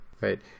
right